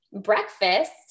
breakfast